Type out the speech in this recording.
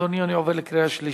אדוני, אני עובר לקריאה שלישית.